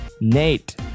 Nate